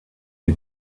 die